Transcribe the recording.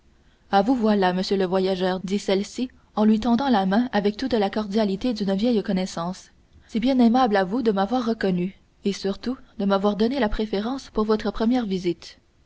ah vous voilà monsieur le voyageur dit celle-ci en lui tendant la main avec toute la cordialité d'une vieille connaissance c'est bien aimable à vous de m'avoir reconnue et surtout de m'avoir donné la préférence pour votre première visite